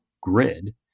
grid